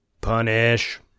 Punish